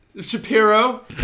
Shapiro